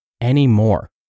anymore